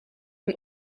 een